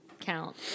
count